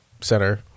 center